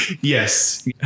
Yes